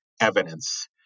evidence